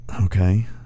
Okay